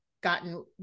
gotten